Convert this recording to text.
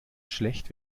schlecht